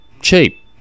cheap